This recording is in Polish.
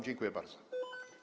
Dziękuję bardzo.